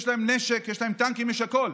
יש להם נשק, יש להם טנקים, יש הכול.